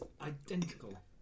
identical